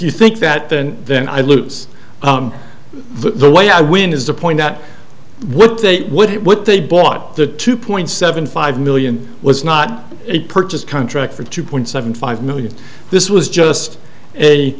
you think that then then i lose but the way i win is the point that what they would what they bought the two point seven five million was not a purchase contract for two point seven five million this was just a